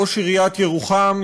ראש עיריית ירוחם,